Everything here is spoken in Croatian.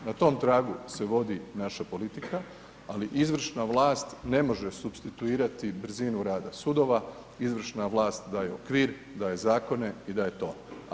Na tom tragu se vodi naša politika, ali izvršna vlast ne može supstituirati brzinu rada sudova, izvršna vlast daje okvir, daje zakone i daje ton.